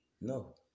no